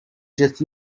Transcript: just